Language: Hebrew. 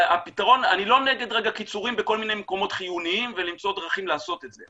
אני לא נגד קיצורים בכל מיני מקומות חיוניים ולמצוא דרכים לעשות את זה,